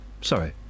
Sorry